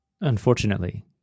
Unfortunately